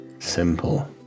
simple